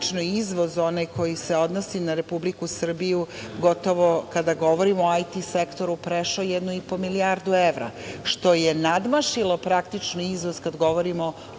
izvoz, onaj koji se odnosi na Republiku Srbiju, gotovo, kada govorimo o IT sektoru, prešao jednu i po milijardu evra, što je nadmašilo praktično iznos kada govorimo o